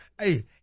Hey